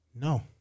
no